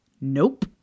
Nope